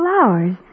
flowers